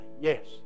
yes